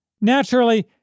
Naturally